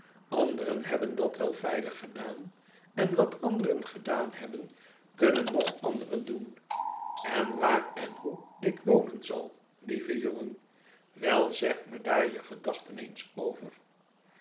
eren hebben dat wel veilig gedaan en wat anderen gedaan hebben kunnen nog anderen doen en waar en hoe ik wonen zal lieve jongen wel zeg me daar je gedachten eens over